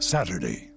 Saturday